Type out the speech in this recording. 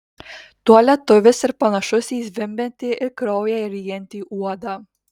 tuo lietuvis ir panašus į zvimbiantį ir kraują ryjantį uodą